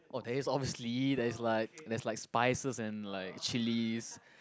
oh that's obviously that's like that's like spice like chillis